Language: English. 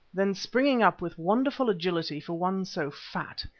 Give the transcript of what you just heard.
then springing up with wonderful agility for one so fat,